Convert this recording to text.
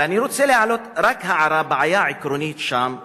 אבל אני רוצה להעלות רק בעיה עקרונית שם,